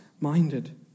minded